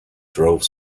drove